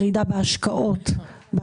מה